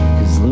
Cause